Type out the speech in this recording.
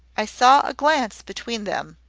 i saw a glance between them,